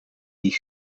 die